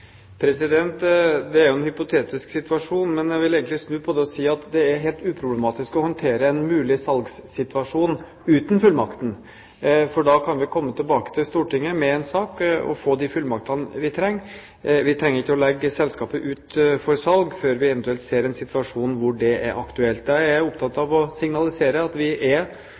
Det er jo en hypotetisk situasjon, men jeg vil egentlig snu på det og si at det er helt uproblematisk å håndtere en mulig salgssituasjon uten fullmakten, for da kan vi komme tilbake til Stortinget med en sak og få de fullmaktene vi trenger. Vi trenger ikke å legge selskapet ut for salg før vi eventuelt ser en situasjon hvor det er aktuelt. Jeg er opptatt av å signalisere at vi er